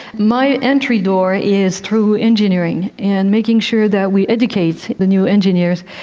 my entry door is through engineering and making sure that we educate the new engineers,